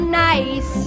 nice